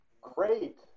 great